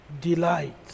delight